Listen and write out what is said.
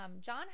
John